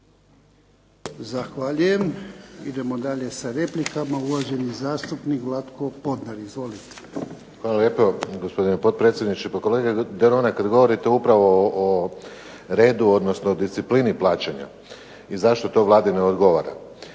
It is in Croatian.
Zahvaljujem. Idemo dalje sa replikama. Uvaženi zastupnik Vlatko Podnar. Izvolite. **Podnar, Vlatko (SDP)** Hvala lijepo gospodine potpredsjedniče. Pa kolega Denona kada govorite upravo o redu, odnosno o disciplini plaćanja, i zašto to Vladi ne odgovara.